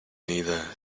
neither